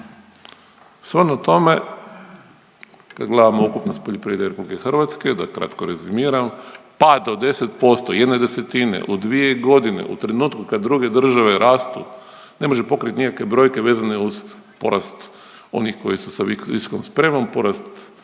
Shodno tome, kad gledamo ukupnost poljoprivrede RH, da kratko rezimiram, pad od 10%, jedne desetine u dvije godine u trenutku kad druge države rastu, ne može pokrit nikakve brojke vezane uz porast onih koji su sa visokom spremom, porast